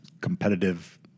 competitive